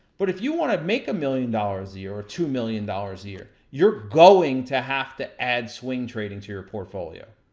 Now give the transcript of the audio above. but if you wanna make one million dollars a year, or two million dollars a year, you're going to have to add swing trading to your portfolio.